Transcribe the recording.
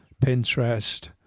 Pinterest